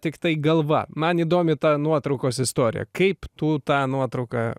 tiktai galva man įdomi tą nuotraukos istorija kaip tu tą nuotrauką